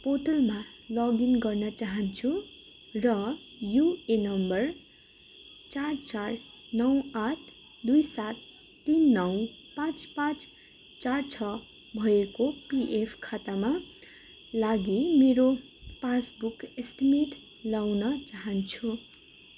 पोर्टलमा लगइन गर्न चाहन्छु र युएए नम्बर चार चार नौ आठ दुई सात तिन नौ पाँच पाँच चार छ भएको पिएफ खातामा लागि मेरो पास बुक एस्टिमेट लगाउन चाहन्छु